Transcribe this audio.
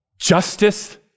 justice